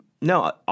No